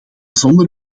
zonder